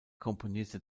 komponierte